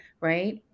right